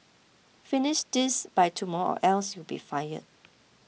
finish this by tomorrow else you'll be fired